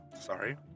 Sorry